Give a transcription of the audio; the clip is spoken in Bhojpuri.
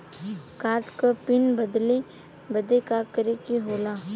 कार्ड क पिन बदले बदी का करे के होला?